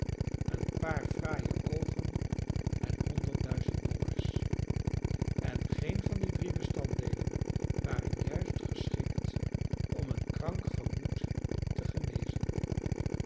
een paar fraaie oogen en honderdduizend dollars en geen van die drie bestanddeelen waren juist geschikt om een krank gemoed te genezen